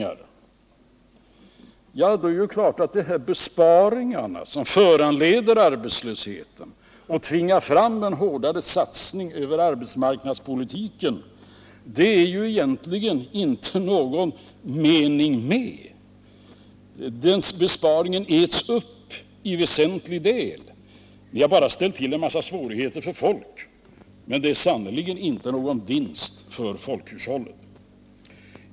Det är klart att det egentligen inte är någon mening med de här besparingarna, som föranleder arbetslösheten och som tvingar fram en hårdare satsning över arbetsmarknadspolitiken. De besparingarna äts ju upp till väsentlig del. Ni har bara ställt till en massa svårigheter för folk, men det har sannerligen inte blivit någon vinst för folkhushållet!